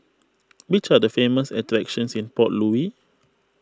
which are the famous attractions in Port Louis